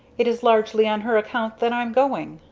it is largely on her account that i'm going.